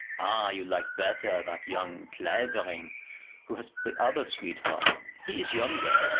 ah, you like better that young clavering who has the other sweetheart. he is younger.